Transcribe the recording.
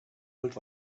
looked